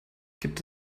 gibt